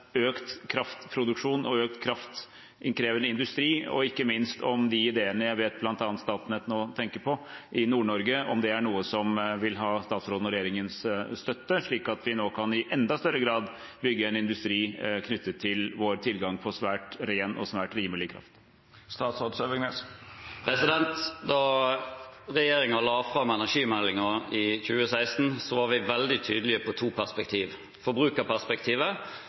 økt kraftproduksjon og økt kraftkrevende industri, og ikke minst om de ideene jeg vet bl.a. Statnett nå tenker på i Nord-Norge, om det er noe som vil ha statsråden og regjeringens støtte, slik at vi nå i enda større grad kan bygge en industri knyttet til vår tilgang på svært ren og svært rimelig kraft. Da regjeringen la fram energimeldingen i 2016, var vi veldig tydelige på to perspektiv: forbrukerperspektivet